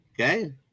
Okay